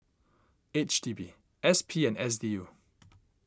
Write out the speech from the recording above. H D B S P and S D U